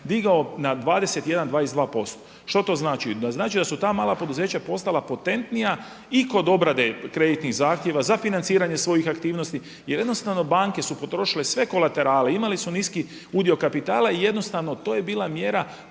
digao na 21, 22%. Što to znači? Znači da su ta mala poduzeća postala potentnija i kod obrade kreditnih zahtjeva za financiranje svojih aktivnosti jer jednostavno banke su potrošile sve kolaterale, imali su niski udio kapitala i jednostavno to je bila mjera